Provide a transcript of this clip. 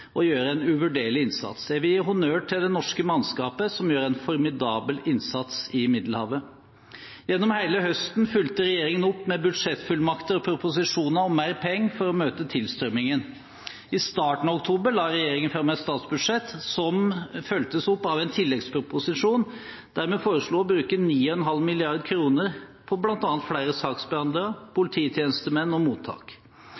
og gjør en uvurderlig innsats. Jeg vil gi honnør til det norske mannskapet som gjør en formidabel innsats i Middelhavet. Gjennom hele høsten fulgte regjeringen opp med budsjettfullmakter og proposisjoner om mer penger for å møte tilstrømmingen. I starten av oktober la regjeringen fram et statsbudsjett som fulgtes opp av en tilleggsproposisjon, der vi foreslo å bruke 9,5 mrd. kr på bl.a. flere saksbehandlere,